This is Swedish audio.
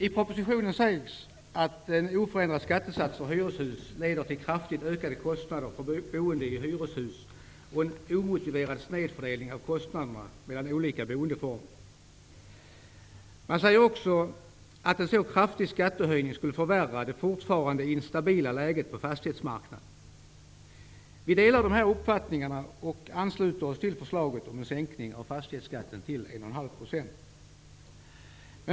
I propositionen sägs att en oförändrad skattesats för hyreshus leder till kraftigt ökade kostnader för boende i hyreshus och en omotiverad snedfördelning av kostnaderna mellan olika boendeformer. Man säger också att en så kraftig skattehöjning skulle förvärra det fortfarande instabila läget på fastighetsmarknaden. Vi delar dessa uppfattningar och ansluter oss till förslaget om en sänkning av fastighetsskatten till 1,5 %.